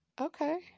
Okay